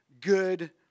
good